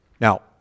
Now